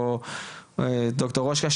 או ד"ר רושקה,